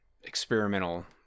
experimental